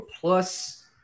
plus